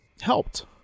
helped